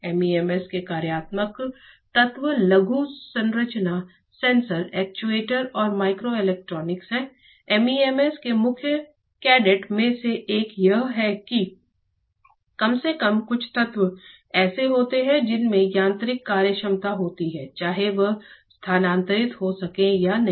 MEMS के कार्यात्मक तत्व लघु संरचना सेंसर एक्चुएटर और माइक्रोइलेक्ट्रॉनिक हैं MEMS के मुख्य कैटेड में से एक यह है कि कम से कम कुछ तत्व ऐसे होते हैं जिनमें यांत्रिक कार्यक्षमता होती है चाहे वे स्थानांतरित हो सकें या नहीं